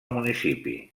municipi